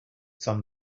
some